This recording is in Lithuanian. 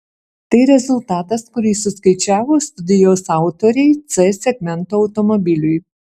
tai rezultatas kurį suskaičiavo studijos autoriai c segmento automobiliui